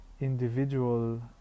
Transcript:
individual